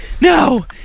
No